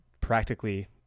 practically